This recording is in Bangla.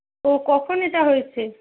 ও কখন এটা হয়েছে